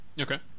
okay